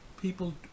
people